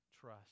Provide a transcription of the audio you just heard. trust